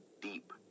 Deep